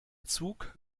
zug